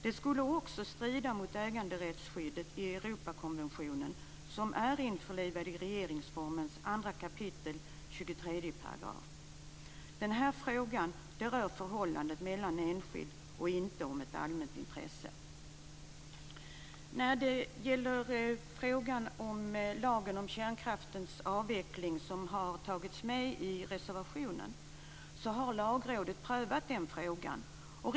Den skulle också strida mot äganderättsskyddet i Den här frågan rör förhållanden mellan enskilda. Det handlar inte om ett allmänt intresse. Frågan om lagen om kärnkraftens avveckling har tagits med i reservationen. Den frågan har prövats av Lagrådet.